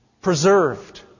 Preserved